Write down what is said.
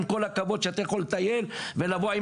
עם כל הכבוד שאתה יכול לטייל ולבוא עם